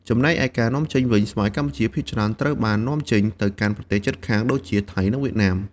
ចំណែកឯការនាំចេញវិញ ស្វាយកម្ពុជាភាគច្រើនត្រូវបាននាំចេញទៅកាន់ប្រទេសជិតខាងដូចជា ថៃ និងវៀតណាម។